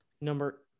number